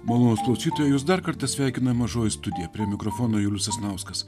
malonūs klausytojai jus dar kartą sveikina mažoji studija prie mikrofono julius sasnauskas